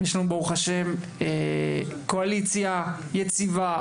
יש לנו ברוך ה' קואליציה יציבה,